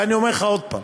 ואני אומר לך עוד פעם,